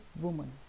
Woman